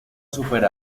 super